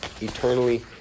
eternally